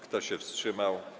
Kto się wstrzymał?